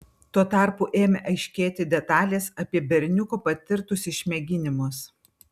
tuo tarpu ėmė aiškėti detalės apie berniuko patirtus išmėginimus